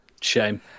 Shame